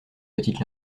petite